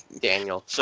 Daniel